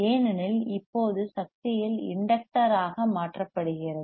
ஏனெனில் இப்போது சக்தி இல் இண்டக்டர் ஆக மாற்றப்படுகிறது